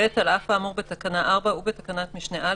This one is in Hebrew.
(ב) על אף האמור בתקנה 4 ובתקנת משנה (א),